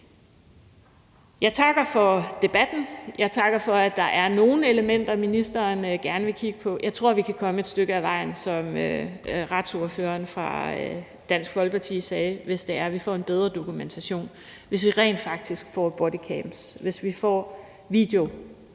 Jeg takker for debatten, og jeg takker for, at der er nogle elementer, ministeren gerne vil kigge på. Jeg tror, vi kan komme et stykke ad vejen, som retsordføreren for Dansk Folkeparti sagde, hvis vi får en bedre dokumentation, hvis vi rent faktisk får bodycams, og hvis vi får